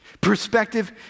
Perspective